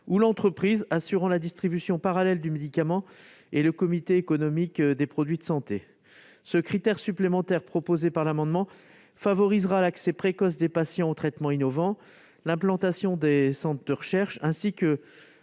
ou l'entreprise assurant la distribution parallèle du médicament et le comité économique des produits de santé. Ce critère supplémentaire favorisera l'accès précoce des patients aux traitements innovants, l'implantation de centres de recherche ainsi que